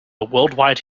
worldwide